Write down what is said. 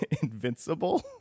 invincible